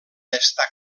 estar